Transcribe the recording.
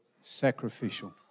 sacrificial